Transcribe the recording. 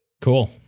Cool